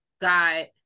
got